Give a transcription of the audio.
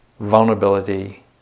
vulnerability